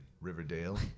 Riverdale